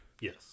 Yes